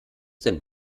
denn